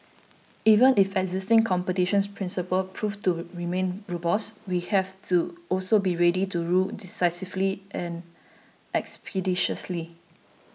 even if existing competitions principles prove to remain robust we have to also be ready to rule decisively and expeditiously